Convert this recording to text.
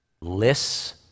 lists